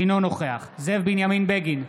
אינו נוכח זאב בנימין בגין,